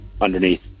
underneath